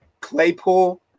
Claypool